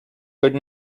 could